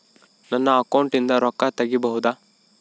ನನ್ನ ಅಕೌಂಟಿಂದ ರೊಕ್ಕ ತಗಿಬಹುದಾ?